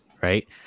right